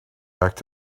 back